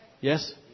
Yes